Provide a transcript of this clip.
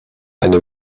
eine